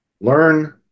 Learn